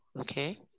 Okay